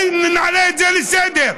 בואו נעלה את זה לסדר-היום.